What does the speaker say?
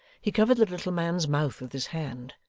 he covered the little man's mouth with his hand,